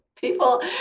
People